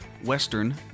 Western